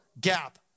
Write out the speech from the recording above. Gap